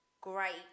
great